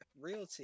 realty